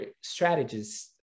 strategists